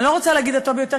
אני לא רוצה להגיד: הטוב ביותר,